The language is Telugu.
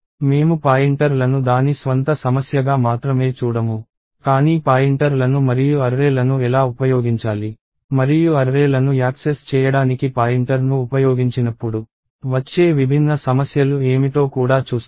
మేము పాయింటర్లను దాని స్వంత సమస్యగా మాత్రమే చూడము కానీ పాయింటర్లను మరియు అర్రే లను ఎలా ఉపయోగించాలి మరియు అర్రే లను యాక్సెస్ చేయడానికి పాయింటర్ను ఉపయోగించినప్పుడు వచ్చే విభిన్న సమస్యలు ఏమిటో కూడా చూస్తాము